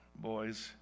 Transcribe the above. boys